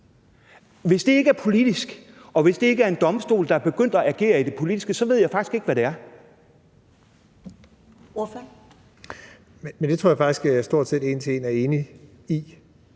Hvis det ikke er politisk, og hvis det ikke er en domstol, der er begyndt at agere i det politiske, ved jeg faktisk ikke, hvad det er. Kl. 13:55 Første næstformand (Karen Ellemann):